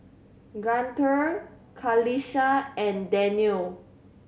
Guntur Qalisha and Daniel